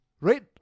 right